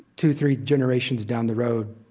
two, three generations down the road,